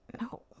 No